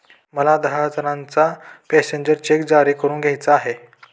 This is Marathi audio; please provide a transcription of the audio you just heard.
मला दहा हजारांचा पॅसेंजर चेक जारी करून घ्यायचा आहे